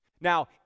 Now